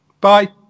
bye